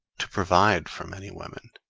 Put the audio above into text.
to provide for many women.